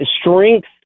strength